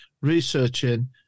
researching